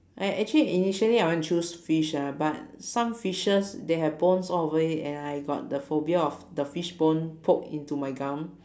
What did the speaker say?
I actually initially I want to choose fish ah but some fishes they have bones all over it and I got the phobia of the fish bone poke into my gum